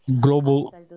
global